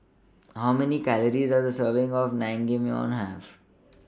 How Many Calories Does A Serving of Naengmyeon Have